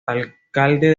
alcalde